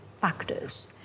factors